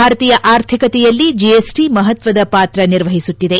ಭಾರತೀಯ ಆರ್ಥಿಕತೆಯಲ್ಲಿ G S T ಮಪತ್ವದ ಪಾತ್ರ ನಿರ್ವಹಿಸುತ್ತಿದೆ